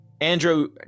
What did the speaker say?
Andrew